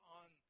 on